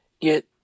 get